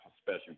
special